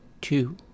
two